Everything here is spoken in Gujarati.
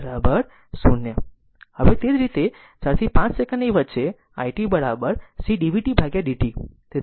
અને તે જ રીતે 4 થી 5 સેકન્ડની વચ્ચે i t c dvt dt